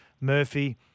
Murphy